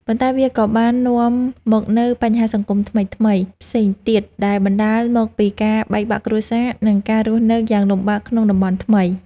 ប៉ុន្តែវាក៏បាននាំមកនូវបញ្ហាសង្គមថ្មីៗផ្សេងទៀត ដែលបណ្តាលមកពីការបែកបាក់គ្រួសារ និងការរស់នៅយ៉ាងលំបាកក្នុងតំបន់ថ្មី។